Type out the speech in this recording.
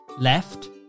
Left